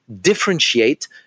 differentiate